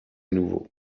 nouveau